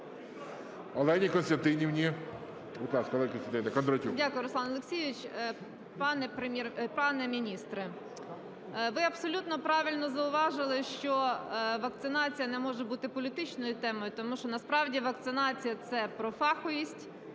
О.К. Дякую, Руслан Олексійович. Пане міністре, ви абсолютно правильно зауважили, що вакцинація не може бути політичною темою, тому що насправді вакцинація – це про фаховість,